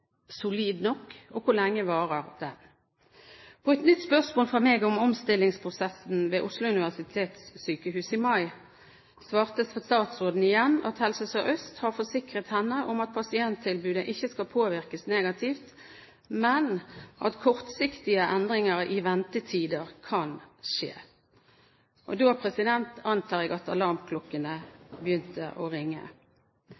solid nok? Og hvor lenge varer det? På et nytt spørsmål fra meg om omstillingsprosessen ved Oslo universitetssykehus i mai svarte statsråden igjen at Helse Sør-Øst har forsikret henne om at pasienttilbudet ikke skal påvirkes negativt, men at kortsiktige endringer i ventetider kan skje. Da antar jeg at alarmklokkene